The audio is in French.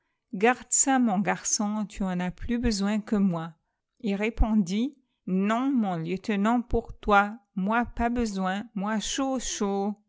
garde ça mon garçon tu en as plus besoin que moi ii répondit non mon lieutenant pou toi moi pas besoin moi chaud chaud